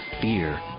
fear